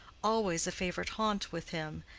always a favorite haunt with him,